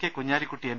K Kunhalikutty M